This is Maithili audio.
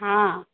हँ